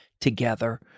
together